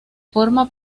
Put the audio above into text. forma